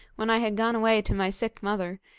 when i had gone away to my sick mother,